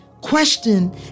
question